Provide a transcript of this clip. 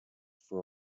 for